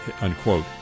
unquote